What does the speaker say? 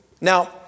Now